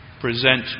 present